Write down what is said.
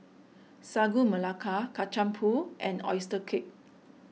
Sagu Melaka Kacang Pool and Oyster Cake